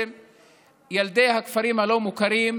ילדי הכפרים הלא-מוכרים,